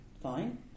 fine